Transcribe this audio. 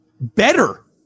better